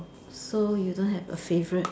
so you don't have a favourite